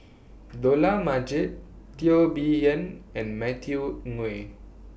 Dollah Majid Teo Bee Yen and Matthew Ngui